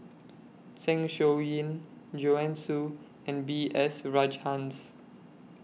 Zeng Shouyin Joanne Soo and B S Rajhans